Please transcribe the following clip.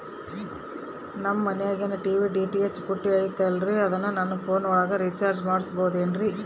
ನಮ್ಮ ಮನಿಯಾಗಿನ TV DTH ಪುಟ್ಟಿ ಐತಲ್ರೇ ಅದನ್ನ ನನ್ನ ಪೋನ್ ಒಳಗ ರೇಚಾರ್ಜ ಮಾಡಸಿಬಹುದೇನ್ರಿ?